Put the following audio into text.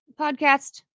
podcast